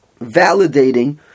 validating